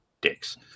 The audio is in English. dicks